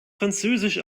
französisch